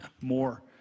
more